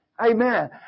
Amen